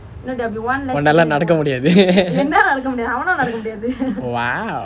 உன்னால நடக்க முடியாது:unnala nadakka mudiyaathu !wow!